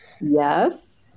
Yes